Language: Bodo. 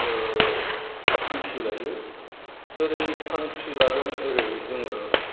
थांखि लायो जेरै थांखि लादों एरै जोङो